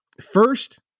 First